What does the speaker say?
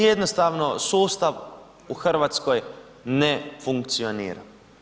Jednostavno sustav u Hrvatskoj ne funkcionira.